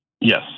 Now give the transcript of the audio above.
Yes